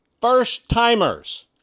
first-timers